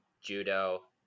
judo